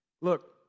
look